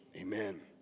amen